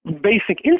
basic